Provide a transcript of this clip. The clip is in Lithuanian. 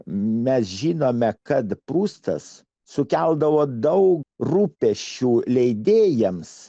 mes žinome kad prustas sukeldavo daug rūpesčių leidėjams